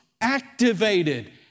activated